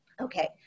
Okay